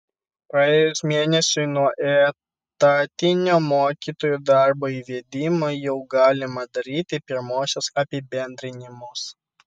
praėjus mėnesiui nuo etatinio mokytojų darbo įvedimo jau galima daryti pirmuosius apibendrinimus